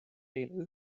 eile